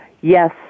yes